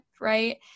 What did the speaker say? right